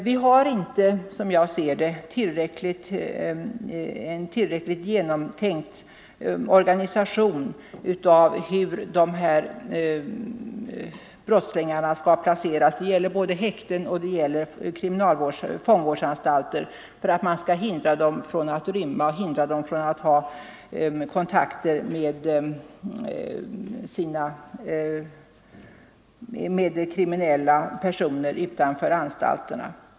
Vi har inte, som jag ser det, en tillräckligt genomtänkt organisation för hur de här brottslingarna skall placeras — det gäller både häkten och fångvårdsanstalter — för att man skall kunna hindra dem från att rymma och från att ha kontakt med kriminella personer utanför anstalterna.